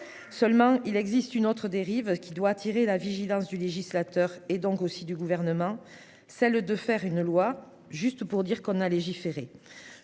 Seulement, il existe une autre dérive qui doit attirer la vigilance du législateur et donc aussi du gouvernement, celle de faire une loi juste pour dire qu'on a légiféré.